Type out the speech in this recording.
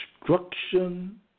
destruction